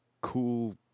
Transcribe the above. cool